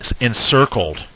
encircled